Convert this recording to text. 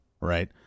right